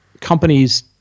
companies